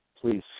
please